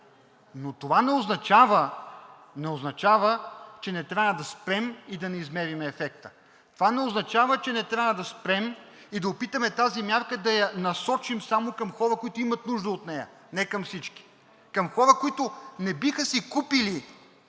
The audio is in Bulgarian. но това не означава, че не трябва да спрем и да не измерим ефекта, това не означава, че не трябва да спрем и да опитаме тази мярка да я насочим само към хора, които имат нужда от нея, а не към всички – към хора, които не биха си купили